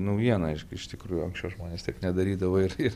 naujiena iš iš tikrųjų anksčiau žmonės taip nedarydavo ir ir